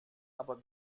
aber